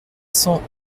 cents